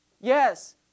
Yes